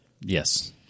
Yes